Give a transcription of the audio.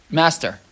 master